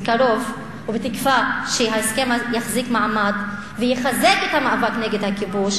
בקרוב ובתקווה שההסכם יחזיק מעמד ויחזק את המאבק נגד הכיבוש,